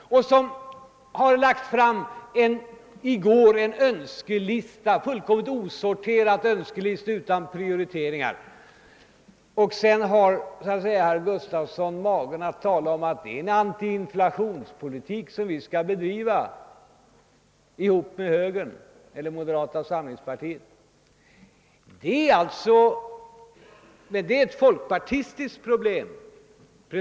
Det har lagts fram i en helt osorterad önskelista utan prioriteringar. Och sedan har herr Gustafson mage alt tala om en anti-inflationspolitik, som folkpartiet skall bedriva tillsammans med moderata samlingspartiet! Detta är dock primärt ett folkpartistiskt problem.